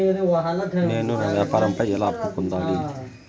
నేను నా వ్యాపారం పై ఎలా అప్పు పొందాలి?